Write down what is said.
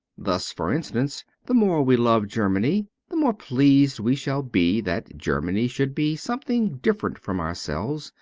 thus, for instance, the more we love germany the more pleased we shall be that germany should be something different from ourselves,